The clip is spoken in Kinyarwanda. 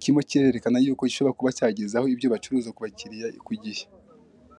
kirimo kirerekana yuko gishobora kuba cyagezaho ibyo bacuruza ku bakiriya ku gihe.